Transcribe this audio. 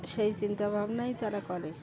সেই চিন্তা ভাবনাই তারা করে